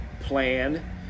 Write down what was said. plan